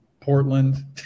Portland